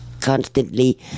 constantly